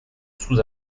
sous